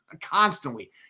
constantly